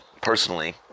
personally